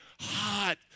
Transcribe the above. hot